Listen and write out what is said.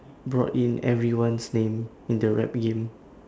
brought in everyone's name in the rap game